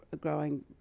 growing